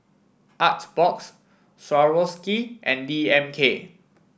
Artbox Swarovski and D M K